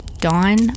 Dawn